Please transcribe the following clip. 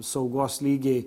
saugos lygiai